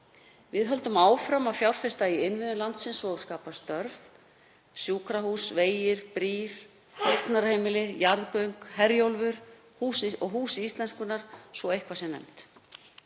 Við höldum áfram að fjárfesta í innviðum landsins og skapa störf. Það eru sjúkrahús, vegir, brýr, hjúkrunarheimili, jarðgöng, Herjólfur, Hús íslenskunnar, svo eitthvað sé nefnt,